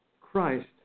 Christ